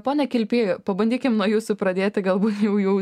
pone kilpy pabandykim nuo jūsų pradėti galbūt jau jau